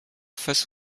face